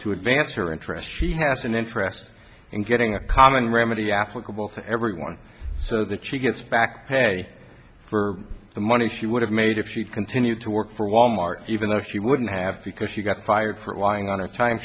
to advance her interests she has an interest in getting a common remedy applicable to everyone so that she gets back pay for the money she would have made if you continued to work for wal mart even though she wouldn't have because she got fired for lying on her time